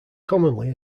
commonly